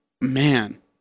Man